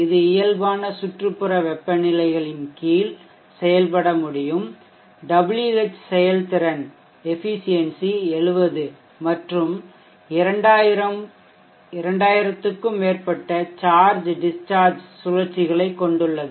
இது இயல்பான சுற்றுப்புற வெப்பநிலை நிலைகளின் கீழ் செயல்பட முடியும் Wh செயல்திறன் 70 மற்றும் 2000 க்கும் மேற்பட்ட சார்ஜ் டிஷ்ஷார்ஜ் சுழற்சிகளைக் கொண்டுள்ளது